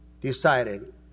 decided